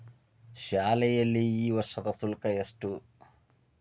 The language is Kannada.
ಶಾಲೆಯಲ್ಲಿ ಈ ವರ್ಷದ ಶುಲ್ಕ ಎಷ್ಟು?